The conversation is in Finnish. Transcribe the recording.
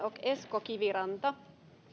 esko kiviranta